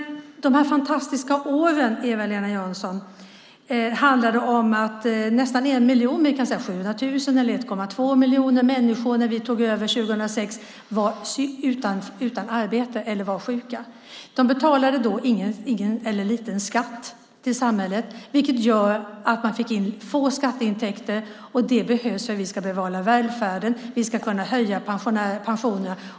De fantastiska åren, Eva-Lena Jansson, handlade om att nästan en miljon människor, vi kan säga 700 000 eller 1,2 miljoner, var utan arbete eller sjuka när vi tog över 2006. De betalade då ingen eller endast lite skatt till samhället, vilket gjorde att man fick in lite skatteintäkter. Skatteintäkter behövs för att vi ska kunna behålla välfärden och höja pensionerna.